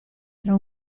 tra